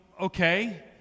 okay